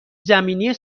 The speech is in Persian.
زمینی